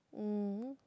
um